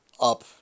up